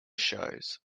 shows